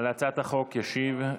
ישנה